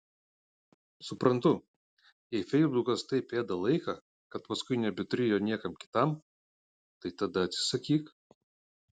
suprantu jei feisbukas taip ėda laiką kad paskui nebeturi jo niekam kitam tai tada atsisakyk